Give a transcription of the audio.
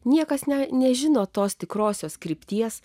niekas net nežino tos tikrosios krypties